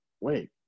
wait